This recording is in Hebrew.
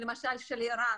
למשל של ער"ן,